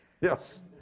Yes